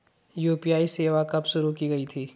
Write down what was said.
UPI सेवा कब शुरू की गई थी?